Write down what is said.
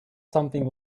something